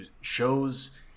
shows